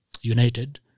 United